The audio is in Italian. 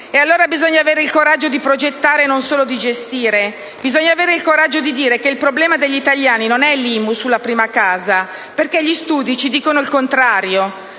allora avere il coraggio di progettare e non solo di gestire; bisogna avere il coraggio dì dire che il problema degli italiani non è l'IMU sulla prima casa, perché gli studi ci dicono il contrario.